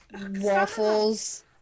Waffles